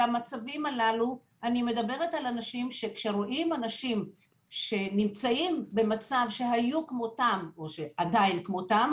אני מדברת על זה שכשהם פוגשים במצב דומה לשלהם,